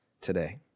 today